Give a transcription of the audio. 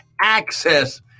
access